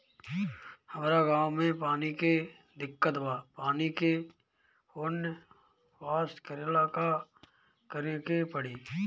हमरा गॉव मे पानी के दिक्कत बा पानी के फोन्ड पास करेला का करे के पड़ी?